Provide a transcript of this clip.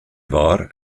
war